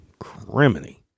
criminy